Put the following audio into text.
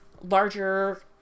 larger